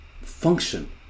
function